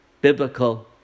biblical